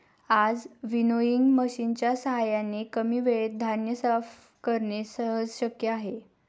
आज विनोइंग मशिनच्या साहाय्याने कमी वेळेत धान्य साफ करणे सहज शक्य आहे